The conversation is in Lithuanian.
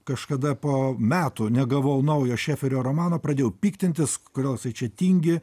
kažkada po metų negavau naujo šeferio romano pradėjau piktintis kodėl jisai čia tingi